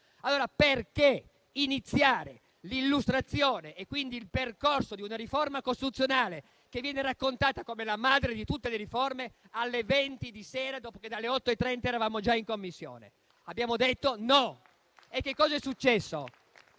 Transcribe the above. Allora perché iniziare l'illustrazione e quindi il percorso di una riforma costituzionale, che viene raccontata come la madre di tutte le riforme, alle ore 20 di sera, quando dalle 8,30 eravamo già in Commissione? Abbiamo detto no! Cosa è successo?